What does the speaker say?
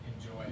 enjoy